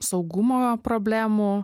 saugumo problemų